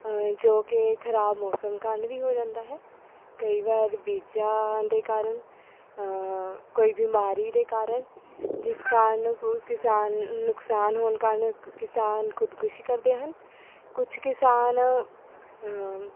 ਜੋ ਕਿ ਖਰਾਬ ਮੌਸਮ ਕਾਰਨ ਵੀ ਹੋ ਜਾਂਦਾ ਹੈ ਕਈ ਵਾਰ ਬੀਜਾਂ ਦੇ ਕਾਰਨ ਕੋਈ ਬਿਮਾਰੀ ਦੇ ਕਾਰਨ ਜਿਸ ਕਾਰਨ ਕਿਸਾਨ ਨੁਕਸਾਨ ਹੋਣ ਕਾਰਨ ਕਿਸਾਨ ਖੁਦਕੁਸ਼ੀ ਕਰਦੇ ਹਨ ਕੁਛ ਕਿਸਾਨ